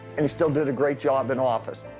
and he still did a great job in office.